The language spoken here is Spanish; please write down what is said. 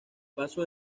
paso